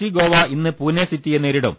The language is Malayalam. സി ഗോവ ഇന്ന് പൂനെ സിറ്റിയെ നേരിടും